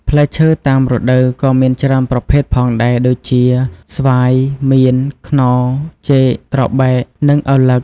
ផ្លែឈើតាមរដូវក៏មានច្រើនប្រភេទផងដែរ ដូចជា ស្វាយ មៀន ខ្នុរ ចេក ត្របែក និងឪឡឹក។